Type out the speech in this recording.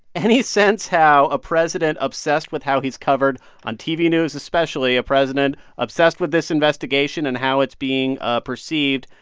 any sense how a president obsessed with how he's covered on tv news, especially a president obsessed with this investigation and how it's being ah perceived,